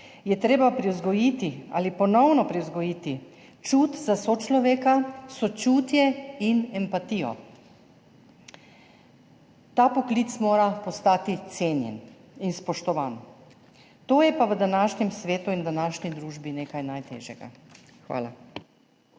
je treba privzgojiti ali ponovno privzgojiti čut za sočloveka, sočutje in empatijo. Ta poklic mora postati cenjen in spoštovan. To je pa v današnjem svetu in v današnji družbi nekaj najtežjega. Hvala.